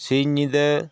ᱥᱤᱧ ᱧᱤᱫᱟᱹ